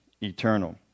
eternal